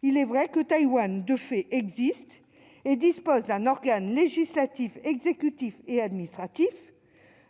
Il est vrai que Taïwan, de fait, existe et dispose d'un organe législatif, exécutif et administratif.